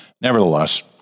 nevertheless